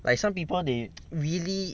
like some people they really